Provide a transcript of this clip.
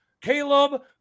Caleb